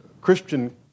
Christian